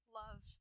love